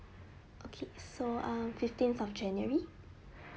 okay so um fifteen of january